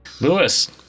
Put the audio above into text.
Lewis